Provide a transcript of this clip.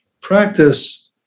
practice